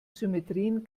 symmetrien